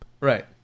Right